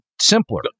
simpler